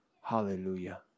Hallelujah